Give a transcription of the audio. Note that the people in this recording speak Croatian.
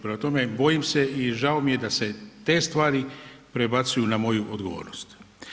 Prema tome, bojim se i žao mi je da se te stvari prebacuju na moju odgovornost.